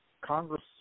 Congress